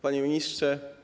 Panie Ministrze!